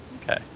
okay